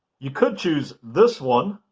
you could choose this one